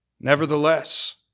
Nevertheless